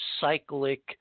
cyclic